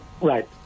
Right